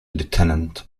lieutenant